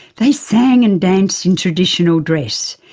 they sang and danced in traditional dress.